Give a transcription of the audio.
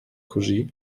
così